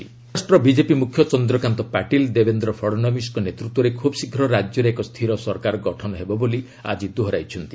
ମହା BJP Maharashtra BJP ମ୍ରଖ୍ୟ ଚନ୍ଦ୍ରକାନ୍ତ ପାଟିଲ ଦେବେନ୍ଦ୍ର ଫଡ଼ନବିସ୍ଙ୍କ ନେତୃତ୍ୱରେ ଖୁବ୍ ଶୀଘ୍ର ରାଜ୍ୟରେ ଏକ ସ୍ଥିର ସରକାର ଗଠନ ହେବ ବୋଲି ଆକି ଦୋହରାଇଛନ୍ତି